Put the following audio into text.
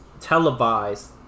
televised